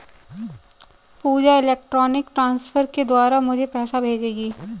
पूजा electronic transfer के द्वारा मुझें पैसा भेजेगी